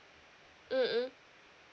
mm mm